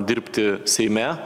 dirbti seime